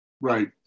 Right